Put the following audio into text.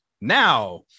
Now